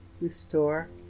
restore